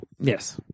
Yes